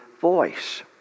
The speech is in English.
voice